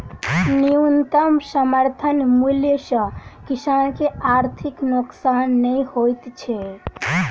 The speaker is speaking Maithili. न्यूनतम समर्थन मूल्य सॅ किसान के आर्थिक नोकसान नै होइत छै